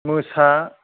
मोसा